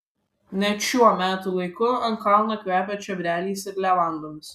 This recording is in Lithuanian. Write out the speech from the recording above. net šiuo metų laiku ant kalno kvepia čiobreliais ir levandomis